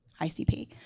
ICP